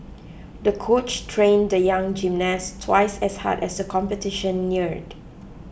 the coach trained the young gymnast twice as hard as the competition neared